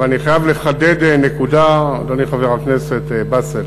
אבל אני חייב לחדד נקודה, אדוני חבר הכנסת באסל: